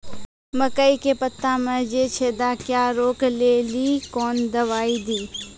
मकई के पता मे जे छेदा क्या रोक ले ली कौन दवाई दी?